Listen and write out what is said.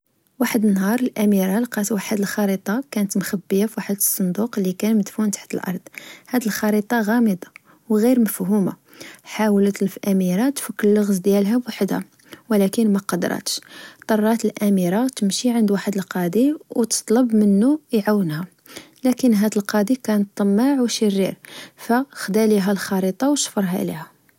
واحد النهار الأميرة لقات واحد الخريطة كانت مخبية في واحد الصندوق لكان مدفون تحت الأرض، هاد الخريطة غامضة، و غير مفهوهة، حاولت الأميرة تفك اللغز ديالها بحدها، ولكن مقدراتش، ظطرات الأميرة تمشي عند واحد القاضي، وتطلب منو إعونها، لكن هاد القاضي كان طماع و شرير فخدا ليها الخريطة وشفرها ليها